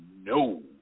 No